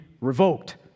revoked